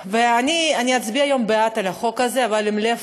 ואני אצביע היום בעד החוק הזה, בלב